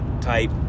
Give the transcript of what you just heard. type